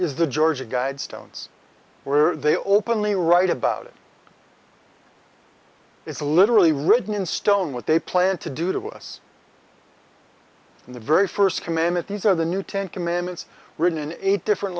is the georgia guidestones where they openly write about it it's literally written in stone what they plan to do to us in the very first commandment these are the new ten commandments written in eight different